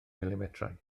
milimetrau